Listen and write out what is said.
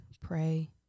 pray